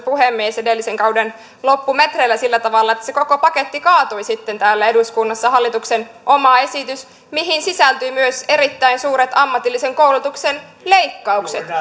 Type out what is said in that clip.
puhemies edellisen kauden loppumetreillä että se koko paketti kaatui sitten täällä eduskunnassa hallituksen oma esitys mihin sisältyivät myös erittäin suuret ammatillisen koulutuksen